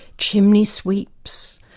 chimney-sweeps,